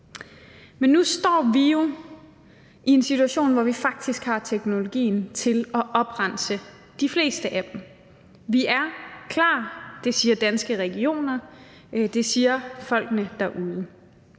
Men nu står vi jo i en situation, hvor vi faktisk har teknologien til at oprense de fleste af dem. Vi er klar – det siger Danske Regioner, og det siger folkene derude